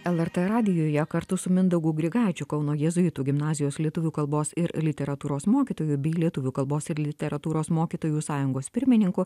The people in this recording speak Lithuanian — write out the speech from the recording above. lrt radijuje kartu su mindaugu grigaičiu kauno jėzuitų gimnazijos lietuvių kalbos ir literatūros mokytojų bei lietuvių kalbos ir literatūros mokytojų sąjungos pirmininku